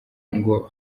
ngo